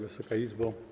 Wysoka Izbo!